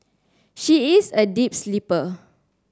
she is a deep sleeper